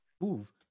move